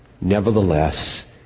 Nevertheless